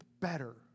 better